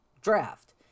draft